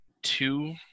two